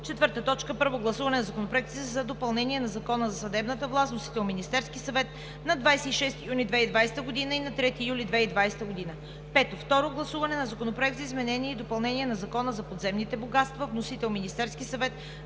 юли 2020 г. 4. Първо гласуване на законопроекти за допълнение на Закона за съдебната власт. Вносител: Министерският съвет на 26 юни 2020 г. и 3 юли 2020 г. 5. Второ гласуване на Законопроекта за изменение и допълнение на Закона за подземните богатства. Вносител: Министерският съвет